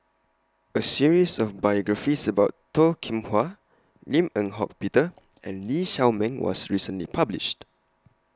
A series of biographies about Toh Kim Hwa Lim Eng Hock Peter and Lee Shao Meng was recently published